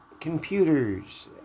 computers